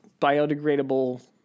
biodegradable